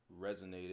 resonated